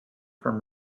from